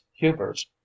hubers